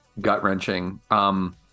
gut-wrenching